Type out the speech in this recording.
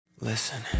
Listen